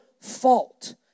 fault